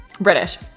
British